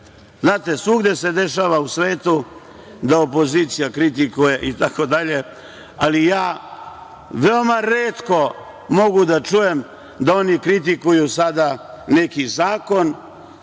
radiš. Znate, svugde se dešava u svetu da opozicija kritikuje. Ali, ja veoma retko mogu da čujem da oni kritikuju sada neki zakon,